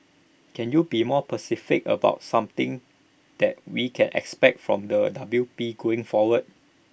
can you be more pecific about something that we can expect from the W P going forward